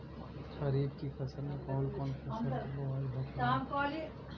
खरीफ की फसल में कौन कौन फसल के बोवाई होखेला?